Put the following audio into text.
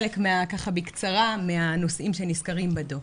זה חלק מהנושאים שנסקרים בדו"ח.